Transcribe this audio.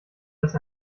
dass